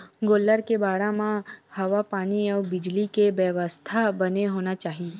गोल्लर के बाड़ा म हवा पानी अउ बिजली के बेवस्था बने होना चाही